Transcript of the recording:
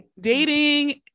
dating